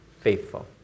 faithful